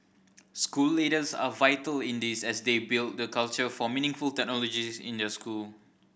school leaders are vital in this as they build the culture for meaningful technology in their school